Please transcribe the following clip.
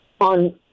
on